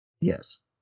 Yes